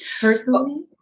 Personally